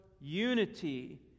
unity